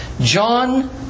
John